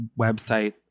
website